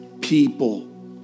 people